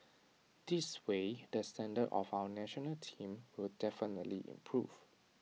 this way the standard of our National Team will definitely improve